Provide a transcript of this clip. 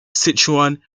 sichuan